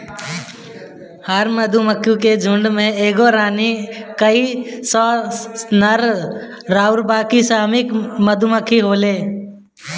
हर मधुमक्खी के झुण्ड में एगो रानी, कई सौ नर अउरी बाकी श्रमिक मधुमक्खी होखेले